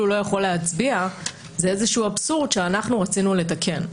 לא יכול להצביע זה איזשהו אבסורד שרצינו לתקן.